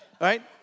Right